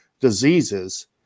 diseases